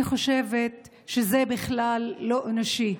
אני חושבת שזה בכלל לא אנושי.